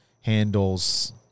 handles